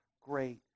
great